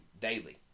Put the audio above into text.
daily